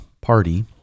party